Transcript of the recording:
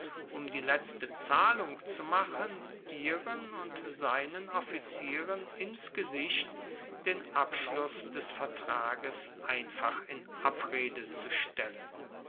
um die letzte zahlung zu machen ihren und seinen offizieren ins gesicht den abschluß des vertrages einfach in abrede zu stellen